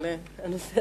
אבל את הנושא הזה סיימת.